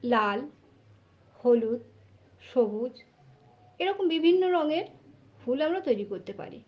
লাল হলুদ সবুজ এরকম বিভিন্ন রঙের ফুল আমরা তৈরি করতে পারি